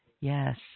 Yes